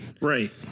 Right